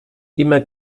immer